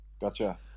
gotcha